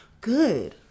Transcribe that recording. good